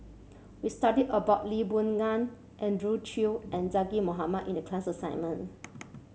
we studied about Lee Boon Ngan Andrew Chew and Zaqy Mohamad in the class assignment